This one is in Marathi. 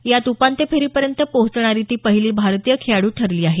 यात उपान्त्य फेरीपर्यंत पोहोचणारी ती पहिली भारतीय खेळाडू ठरली आहे